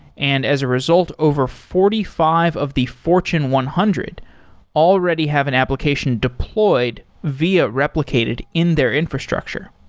and as a result, over forty five of the fortune one hundred already have an application deployed via replicated in their infrastructure.